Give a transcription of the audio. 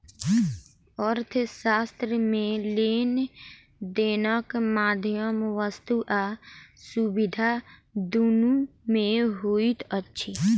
अर्थशास्त्र मे लेन देनक माध्यम वस्तु आ सुविधा दुनू मे होइत अछि